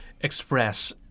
express